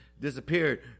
disappeared